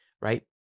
right